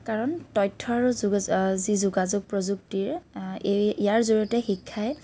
কাৰণ তথ্য আৰু যোগাযোগ যি যোগাযোগ প্ৰযুক্তিয়ে এই ইয়াৰ জৰিয়তে শিক্ষাই